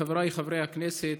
חבריי חברי הכנסת,